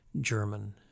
German